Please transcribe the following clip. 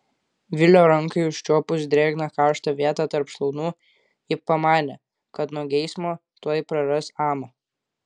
vilio rankai užčiuopus drėgną karštą vietą tarp šlaunų ji pamanė kad nuo geismo tuoj praras amą